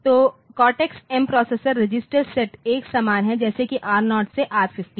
तो cortex M processor register set एक समान है जैसे कि R0 से R15